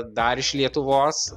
dar iš lietuvos